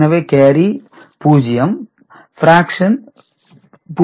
எனவே carry 0 fraction 0